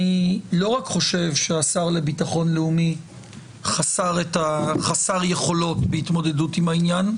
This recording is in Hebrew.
אני לא רק חושב שהשר לביטחון לאומי חסר יכולות להתמודדות עם העניין,